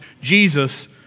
Jesus